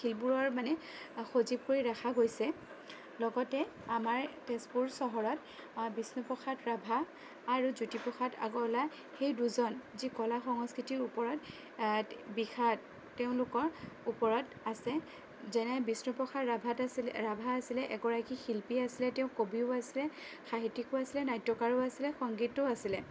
শিলবোৰৰ মানে সজীৱ কৰি ৰখা গৈছে লগতে আমাৰ তেজপুৰ চহৰত বিষ্ণুপ্ৰসাদ ৰাভা আৰু জ্যোতিপ্ৰসাদ আগৰৱালা সেই দুজন যি কলা সংস্কৃতিৰ ওপৰত বিশাৰদ তেওঁলোকৰ ওপৰত আছে যেনে বিষ্ণুপ্ৰসাদ ৰাভাত আছিলে ৰাভা আছিলে এগৰাকী শিল্পী আছিলে তেওঁ কবিও আছিলে সাহিত্যিকো আছিলে নাট্যকাৰো আছিলে সংগীতজ্ঞও আছিলে